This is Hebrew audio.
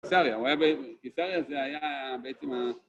קיסריה, קיסריה זה היה בעצם ה...